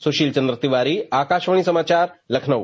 सुशील चन्द्र तिवारी आकाशवाणी समाचार लखनऊ